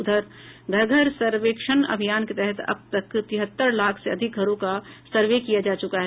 इधर घर घर सर्वेक्षण अभियान के तहत अब तक तिहत्तर लाख से अधिक घरों का सर्वे किया जा चुका है